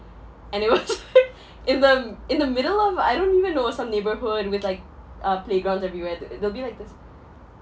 and it was like in the m~ in the middle of I don't even know of some neighborhood with like uh playgrounds everywhere th~ there'll be like this